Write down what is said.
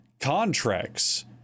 contracts